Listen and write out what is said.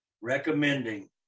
recommending